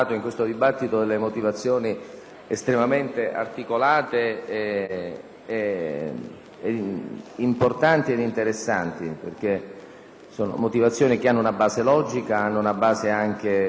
estremamente articolate, importanti ed interessanti, che hanno una base logica e anche finanziaria.